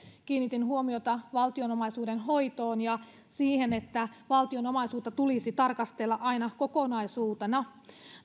kiinnitin huomiota valtion omaisuuden hoitoon ja siihen että valtion omaisuutta tulisi tarkastella aina kokonaisuutena